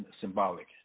symbolic